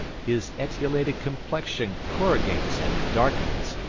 his etiolated complexion corrugates and darkens,